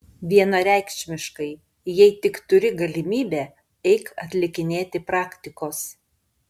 vienareikšmiškai jei tik turi galimybę eik atlikinėti praktikos